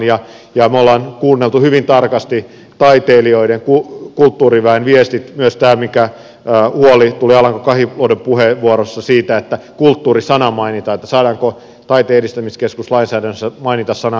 me olemme kuunnelleet hyvin tarkasti taiteilijoiden kulttuuriväen viestit myös tämä huoli mikä tuli alanko kahiluodon puheenvuorossa siitä että kulttuuri sana mainitaan että saadaanko taiteenedistämiskeskuslainsäädännössä mainita sana kulttuuri